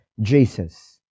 Jesus